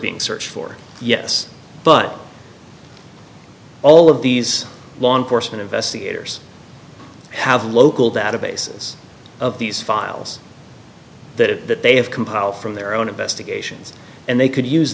being searched for yes but all of these law enforcement investigators have local databases of these files that they have compiled from their own investigations and they could use